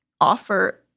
offer